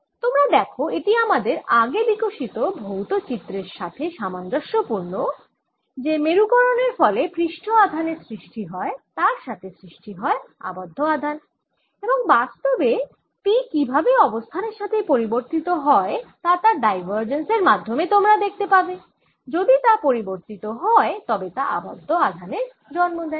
তোমরা দেখো এটি আমাদের আগে বিকশিত ভৌত চিত্রের সাথে সামঞ্জস্যপূর্ণযে মেরুকরণের ফলে পৃষ্ঠ আধানের সৃষ্টি হয় তার সাথে সৃষ্টি হয় আবদ্ধ আধানএবং বাস্তবে P কীভাবে অবস্থানের সাথে পরিবর্তিত হয় তা তার ডাইভারজেন্স এর মাধ্যমে তোমরা দেখতে পাবে যদি তা পরিবর্তিত হয় তবে তা আবদ্ধ আধানের জন্ম দেয়